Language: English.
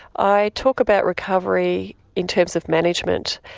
i talk about recovery in terms of management,